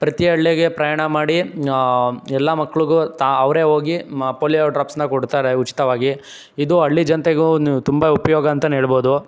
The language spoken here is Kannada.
ಪ್ರತಿ ಹಳ್ಳಿಗೆ ಪ್ರಯಾಣ ಮಾಡಿ ಎಲ್ಲ ಮಕ್ಳಿಗೂ ತಾ ಅವರೆ ಹೋಗಿ ಪೋಲಿಯೋ ಡ್ರಾಪ್ಸ್ನ ಕೊಡ್ತಾರೆ ಉಚಿತವಾಗಿ ಇದು ಹಳ್ಳಿ ಜನತೆಗೂ ಒಂದು ತುಂಬ ಉಪಯೋಗ ಅಂತಲೇ ಹೇಳ್ಬೋದು